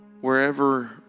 Wherever